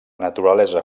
naturalesa